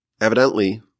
Evidently